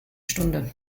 stunde